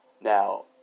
Now